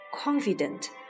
Confident